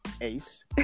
ace